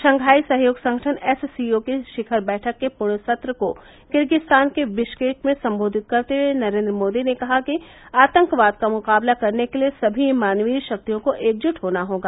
Shanghai सहयोग संगठन S C O की शिखर बैठक के पूर्ण सत्र को किर्गिजस्तान के विश्केक में सम्बोधित करते हुए नरेन्द्र मोदी ने कहा कि आतंकवाद का मुकाबला करने के लिए सभी मानवीय शक्तियों को एकजुट होना होगा